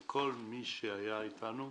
לכל מי שהיה איתנו,